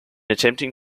attempting